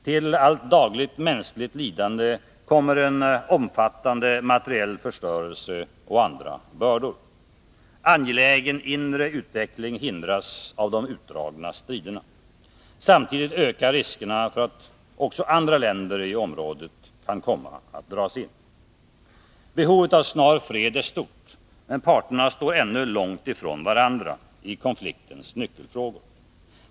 Till allt dagligt mänskligt lidande kommer en omfattande materiell förstörelse och andra tunga materiella bördor. Angelägen inre utveckling hindras av de utdragna striderna. Samtidigt ökar riskerna för att också andra länder i området kan komma att dras in. Behovet av snar fred är stort, men parterna står ännu långt ifrån varandra i konfliktens nyckelfrågor.